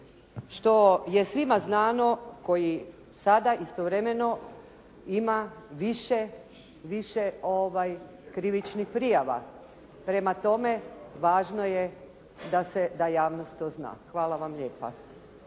što je svima znano koji sada istovremeno ima više krivičnih prijava. Prema tome, važno je da javnost to zna. Hvala vam lijepa.